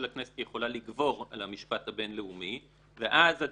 הכנסת יכולה לגבור על המשפט הבינלאומי ואז,